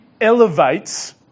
elevates